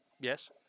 Yes